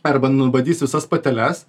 arba nubadys visas pateles